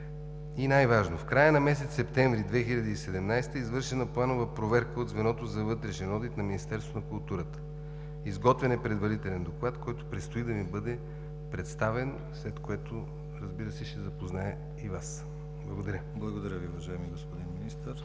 Най-важното, в края на месец септември 2017 г. е извършена планова проверка от звеното за вътрешен одит на Министерството на културата. Изготвен е предварителен доклад, който предстои да ми бъде представен, след което, разбира се, ще Ви запозная и Вас. Благодаря. ПРЕДСЕДАТЕЛ ДИМИТЪР ГЛАВЧЕВ: Благодаря Ви, уважаеми господин министър.